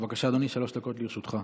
בבקשה, אדוני, שלוש דקות לרשותך.